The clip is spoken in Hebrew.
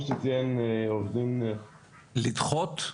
לדחות?